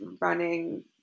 running